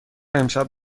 امشب